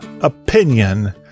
opinion